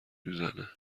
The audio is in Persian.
میزنه